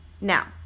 Now